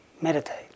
meditate